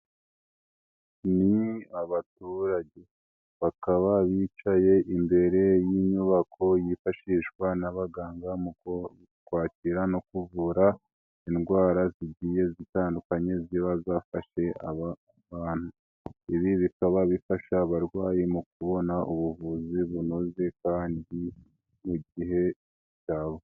Ni abaturage bakaba bicaye imbere y'inyubako yifashishwa n'abaganga mu kwakira no kuvura indwara zigiye zitandukanye ziba zafashe aba bantu, ibi bikaba bifasha abarwayi mu kubona ubuvuzi bunoze kandi mu gihe bitaweho.